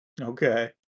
Okay